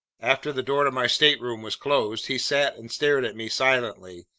after the door to my stateroom was closed, he sat and stared at me silently.